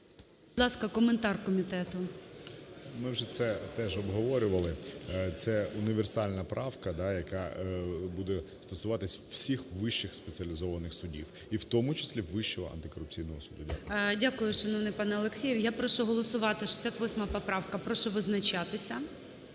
Дякую, шановний пане Олексію. Я прошу голосувати. 68 поправка. Прошу визначатися.